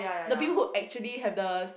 the people who actually have the